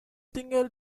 tinggal